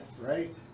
right